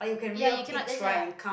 ya you cannot just ya